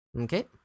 okay